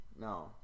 No